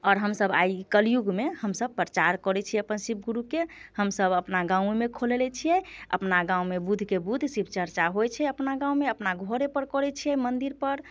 आओर हम सभ आइ कलियुगमे हम सभ प्रचार करै छियै अपन शिव गुरुके हम सभ अपना गाँवओमे खोलने छियै अपना गाँवमे बुधके बुध शिव चर्चा होइ छै अपना गाँवमे अपना घरे पर करै छिये मन्दिर पर